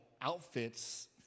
outfits